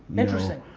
interesting.